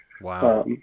Wow